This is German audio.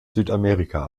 südamerika